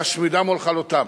להשמידם ולכלותם.